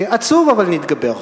עצוב אבל נתגבר.